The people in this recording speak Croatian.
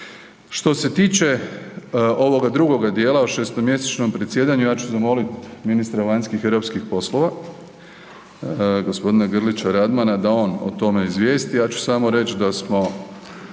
Što se tiče ovoga drugoga dijela o 6-mjesečnom predsjedanju, ja ću zamoliti ministra vanjskih i europskih poslova g. Grlića Radmana, da on o tome izvijesti, ja ću samo reći da smo